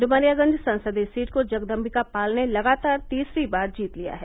डुमरियागंज संसदीय सीट को जगदम्बिका पाल ने लगातार तीसरी बार जीत लिया है